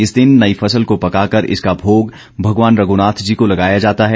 इस दिन नई फसल को पकाकर इसका भोग भगवान रघ्नाथ जी को लगाया जाता है